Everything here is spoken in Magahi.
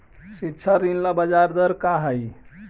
शिक्षा ऋण ला ब्याज दर का हई?